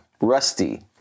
Rusty